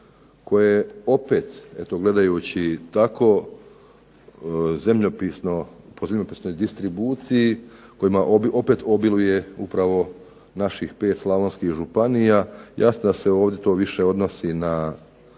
koje opet gledajući tako, zemljopisno, ... distribuciji kojima opet obiluje upravo naših pet županija, jasno da se to odnosi na